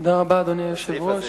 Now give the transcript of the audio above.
תודה רבה, אדוני היושב-ראש.